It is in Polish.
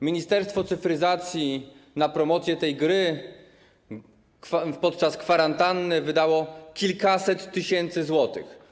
Ministerstwo Cyfryzacji na promocję tej gry podczas kwarantanny wydało kilkaset tysięcy złotych.